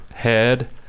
Head